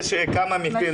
יש כמה מקרים,